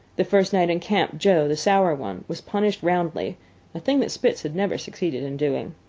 the first night in camp, joe, the sour one, was punished roundly a thing that spitz had never succeeded in doing.